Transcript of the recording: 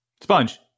Sponge